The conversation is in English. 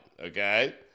okay